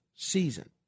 Season